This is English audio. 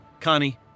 connie